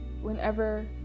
whenever